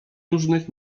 różnych